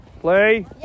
Play